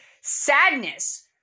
sadness